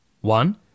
One